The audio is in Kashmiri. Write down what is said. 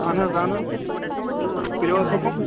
اہَن حظ اہَن حظ کٔرِو حظ حُکُم